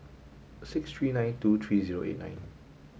six three nine two three zero eight nine